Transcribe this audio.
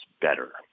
better